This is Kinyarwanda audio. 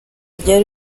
rya